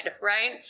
right